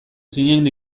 zinen